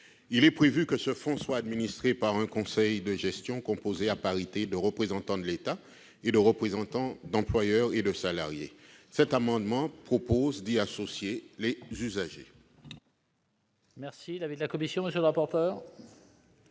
Il est prévu que ce fonds soit administré par un conseil de gestion composé à parité de représentants de l'État et de représentants d'employeurs et de salariés. Cet amendement vise à y associer les usagers.